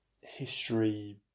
history